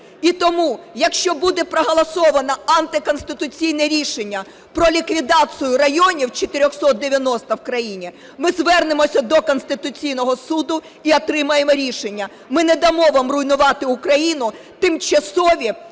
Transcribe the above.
І тому, якщо буде проголосовано антиконституційне рішення про ліквідацію районів 490 в країні, ми звернемося до Конституційного Суду і отримаємо рішення. Ми не дамо вам руйнувати Україну, тимчасові,